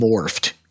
morphed